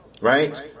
right